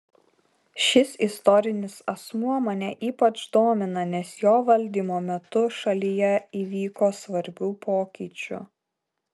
šis istorinis asmuo mane ypač domina nes jo valdymo metu šalyje įvyko svarbių pokyčių